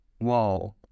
Wow